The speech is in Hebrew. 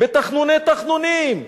בתחנוני-תחנונים,